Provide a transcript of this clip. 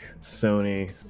Sony